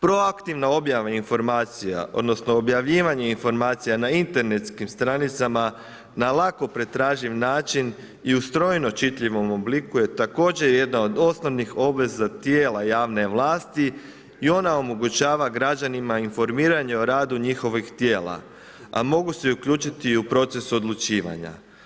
Proaktivna objava informacija odnosno objavljivanje informacija na internetskim stranicama na lako pretraživ način i u strojno čitljivom obliku je također jedna od osnovnih obveza tijela javne vlasti i ona omogućava građanima informiranje o radu njihovih tijela, a mogu se uključiti i u proces odlučivanja.